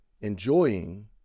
enjoying